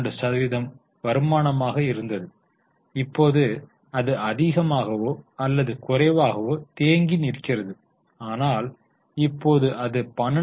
32 சதவிகிதம் வருமானமாக இருந்தது இப்போது அது அதிகமாகவோ அல்லது குறைவாகவோ தேங்கி நிற்கிறது ஆனால் இப்போது அது 12